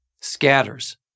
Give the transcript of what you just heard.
scatters